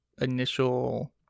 initial